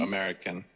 American